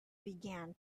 began